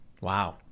Wow